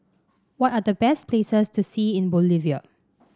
what are the best places to see in Bolivia